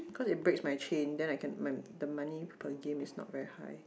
cause it breaks my chain then I can my the money per game is not very high